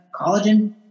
collagen